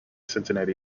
cincinnati